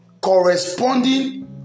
corresponding